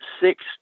six